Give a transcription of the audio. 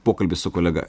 pokalbis su kolega